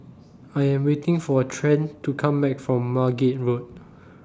I Am waiting For Trent to Come Back from Margate Road